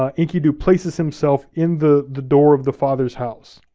um enkidu places himself in the the door of the father's house.